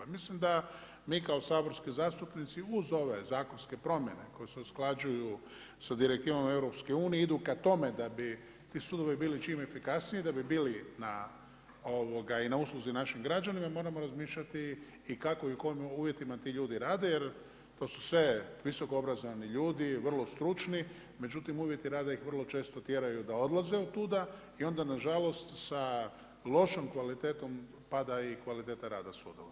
Mislim da mi kao saborski zastupnici uz ove zakonske promjene koje se usklađuju sa Direktivom EU, idu ka tome da bi ti sudovi bili čim efikasniji da bi bili na usluzi naših građanima, mi moramo razmišljati i kako i u kojim uvjetima ti ljudi rade, jer to su sve visokoobrazovani ljudi, vrlo stručni, međutim uvjeti rada ih vrlo često tjeraju da odlaze od tuda i onda na žalost sa lošom kvalitetom pada i kvaliteta rada u sudu.